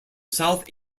south